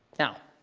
now,